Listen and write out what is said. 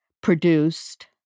produced